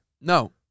No